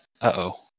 Uh-oh